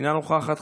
אינה נוכחת,